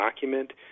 document